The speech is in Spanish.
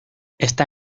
está